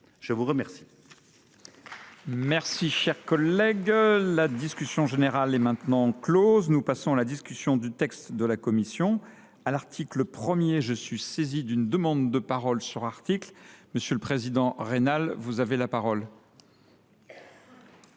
Je veux remercier